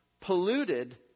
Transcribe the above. polluted